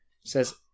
says